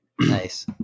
nice